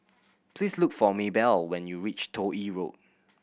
please look for Mabelle when you reach Toh Yi Road